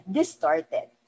distorted